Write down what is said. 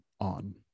on